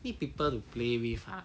need people play with lah